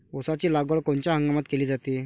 ऊसाची लागवड कोनच्या हंगामात केली जाते?